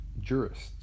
jurists